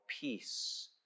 peace